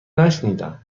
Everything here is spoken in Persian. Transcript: نشنیدم